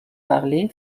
parler